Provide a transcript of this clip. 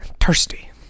Thirsty